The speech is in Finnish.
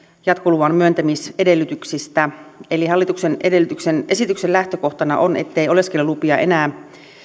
jatkoluvan myöntämisedellytyksiin hallituksen esityksen lähtökohtana on ettei oleskelulupia enää